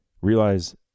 realize